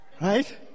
Right